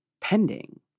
pending